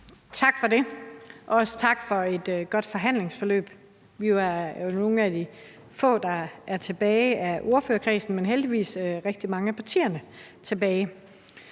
Tak for det, og også tak for et godt forhandlingsforløb. Vi er jo nogle af de få, der er tilbage af ordførerkredsen, men heldigvis er rigtig mange af partierne tilbage.